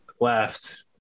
left